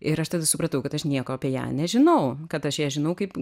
ir aš tada supratau kad aš nieko apie ją nežinau kad aš ją žinau kaip